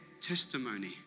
testimony